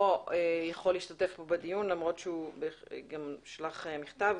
יכול להשתתף פה בדיון למרות שהוא שלח מכתב.